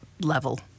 level